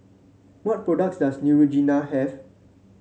what products does Neutrogena have